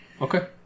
Okay